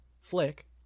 flick